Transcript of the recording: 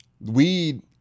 weed